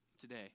today